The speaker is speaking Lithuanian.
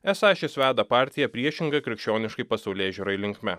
esą šis veda partiją priešinga krikščioniškai pasaulėžiūrai linkme